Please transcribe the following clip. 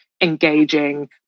engaging